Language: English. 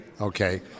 Okay